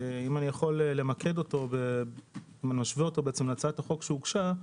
אם אני יכול למקד אותו ומשווה אותו להצעת החוק שהוגשה,